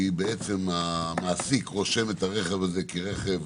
כי המעסיק רושם את הרכב הזה כרכב